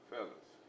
Fellas